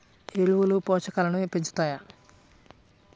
ఎరువులు పోషకాలను పెంచుతాయా?